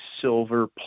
silver